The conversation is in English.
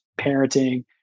parenting